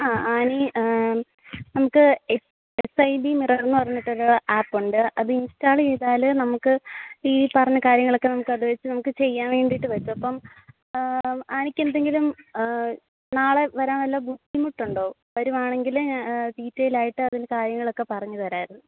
ആ ആനി നമുക്ക് S S I D mirror എന്ന് പറഞ്ഞിട്ട് ഒരു ആപ്പ് ഉണ്ട് അത് ഇൻസ്റ്റാൾ ചെയ്താൽ നമുക്ക് ഈ പറഞ്ഞ കാര്യങ്ങളൊക്കെ നമുക്ക് അത് വെച്ച് നമുക്ക് ചെയ്യാൻ വേണ്ടിയിട്ട് പറ്റും അപ്പം ആനിക്ക് എന്തെങ്കിലും നാളെ വരാൻ വല്ല ബുദ്ധിമുട്ടുണ്ടോ വരുവാണെങ്കിൽ ഞാൻ ഡീറ്റെയിൽ ആയിട്ട് അതിൻ്റെ കാര്യങ്ങളൊക്കെ പറഞ്ഞ് തരാമായിരുന്നു